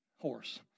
Horse